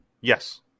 Yes